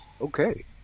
Okay